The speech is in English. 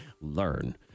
learn